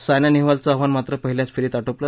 सायना नेहवालचं आव्हान मात्र पहिल्याच फेरीत आटोपलं